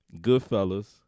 Goodfellas